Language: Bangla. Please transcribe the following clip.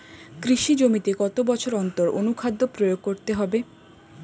কৃষি জমিতে কত বছর অন্তর অনুখাদ্য প্রয়োগ করতে হবে?